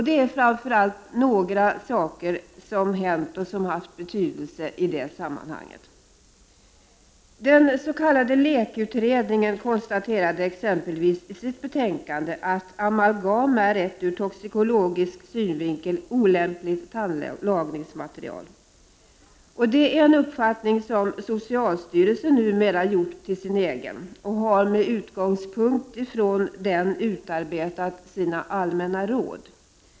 Det är framför allt några saker som hänt och som har haft betydelse i det här sammanhanget. Den s.k. LEK-utredningen konstaterade exempelvis i sitt betänkande att ”amalgam är ett ur toxikologisk synvinkel olämpligt tandlagningsmaterial”. Detta är en uppfattning som socialstyrelsen nu har gjort till sin egen och har med utgångspunkt i detta utarbetat sina ”allmänna råd”.